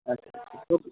আচ্ছা আচ্ছা ওকে